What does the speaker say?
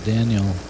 Daniel